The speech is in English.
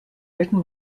written